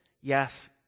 yes